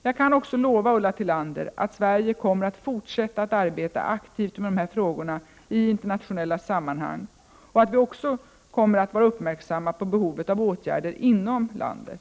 Jag kan också lova Ulla Tillander att Sverige kommer att fortsätta att arbeta aktivt med de här | frågorna i internationella sammanhang och att vi också kommer att vara uppmärksamma på behovet av åtgärder inom landet.